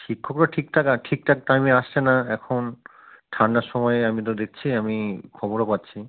শিক্ষকরা ঠিকঠাক ঠিকঠাক টাইমে আসছে না এখন ঠাণ্ডার সময়ে আমি তো দেখছি আমি খবরও পাচ্ছি